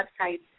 websites